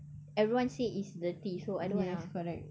everyone say it's dirty so I don't want ah